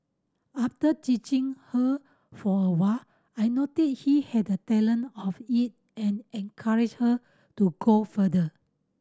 after teaching her for a while I noticed she had a talent of it and encouraged her to go further